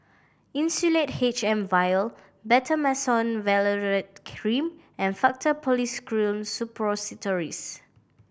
Insulatard H M Vial Betamethasone Valerate Cream and Faktu Policresulen Suppositories